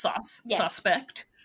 suspect